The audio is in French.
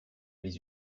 les